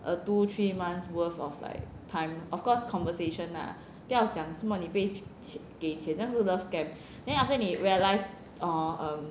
a two three months' worth of like time of course conversation lah 不要讲什么你被给钱那样子叫 scam then after that 你 realise orh um